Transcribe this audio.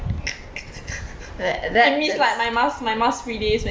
th- that is